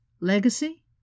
legacy